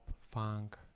funk